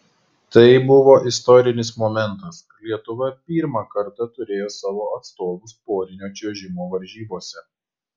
tai buvo istorinis momentas lietuva pirmą kartą turėjo savo atstovus porinio čiuožimo varžybose